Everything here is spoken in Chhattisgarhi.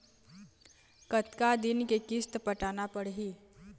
कतका दिन के किस्त पटाना पड़ही?